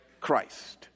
Christ